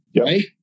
right